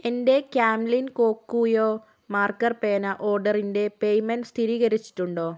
എന്റെ Camlin Kokuyo marker പേന ഓർഡറിന്റെ പേയ്മെൻറ് സ്ഥിരീകരിച്ചിട്ടുണ്ടോ